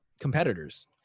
competitors